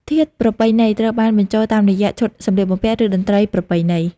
ធាតុប្រពៃណីត្រូវបានបញ្ចូលតាមរយៈ ឈុតសម្លៀកបំពាក់ ឬ តន្ត្រីប្រពៃណី ។